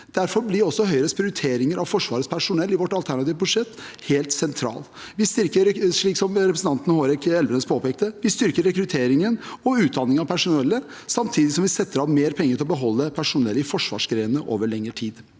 Derfor blir også Høyres prioriteringer av Forsvarets personell i vårt alternative budsjett helt sentralt. Slik representanten Hårek Elvenes påpekte, styrker vi rekrutteringen og utdanningen av personellet, samtidig som vi setter av mer penger til å beholde personell i forsvarsgrenene over lengre tid.